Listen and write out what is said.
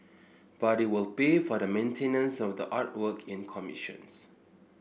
but it will pay for the maintenance of the artwork it commissions